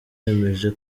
yemeje